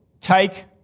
take